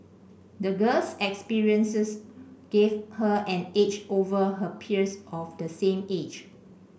the girl's experiences gave her an edge over her peers of the same age